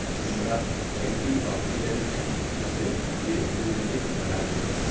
संतरात एंटीऑक्सीडेंट हचछे जे इम्यूनिटीक बढ़ाछे